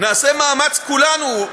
נעשה מאמץ כולנו.